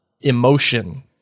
emotion